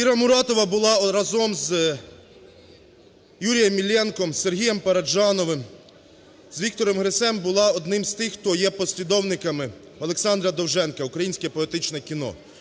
Кіра Муратова була разом з Юрієм Іллєнком, з Сергієм Параджановим, з Віктором Гресем була однією з тих, хто є послідовниками Олександра Довженка, "українське поетичне кіно".